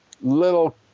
...little